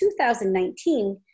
2019